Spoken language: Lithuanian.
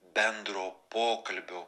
bendro pokalbio